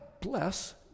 bless